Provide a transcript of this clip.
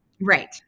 Right